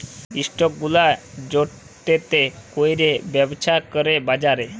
stock গুলা যেটতে ক্যইরে ব্যবছা ক্যরে বাজারে